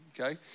okay